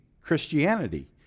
Christianity